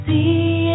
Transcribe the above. See